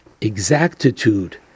exactitude